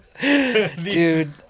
Dude